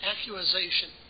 accusation